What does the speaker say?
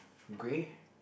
grey